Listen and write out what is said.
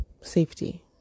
safety